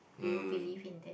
do you believe in that